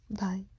Bye